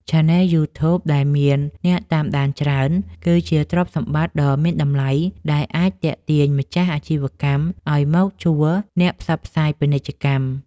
ឆានែលយូធូប ដែលមានអ្នកតាមដានច្រើន គឺជាទ្រព្យសម្បត្តិដ៏មានតម្លៃដែលអាចទាក់ទាញម្ចាស់អាជីវកម្មឱ្យមកជួលអ្នកផ្សព្វផ្សាយពាណិជ្ជកម្ម។